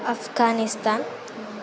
Afghanistan